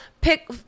Pick